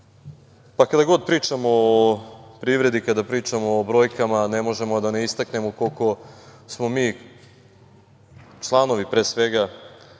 kada god pričamo o privredi, kada pričamo o brojkama, ne možemo da ne istaknemo koliko smo mi, pre svega